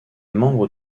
membre